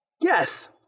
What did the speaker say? Yes